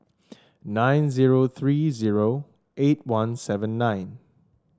nine zero three zero eight one seven nine